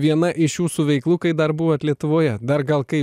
viena iš jūsų veiklų kai dar buvot lietuvoje dar gal kai